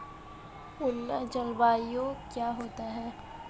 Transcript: उष्ण जलवायु क्या होती है?